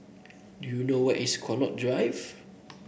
do you know where is Connaught Drive